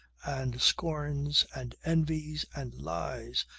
and scorns and envies and lies,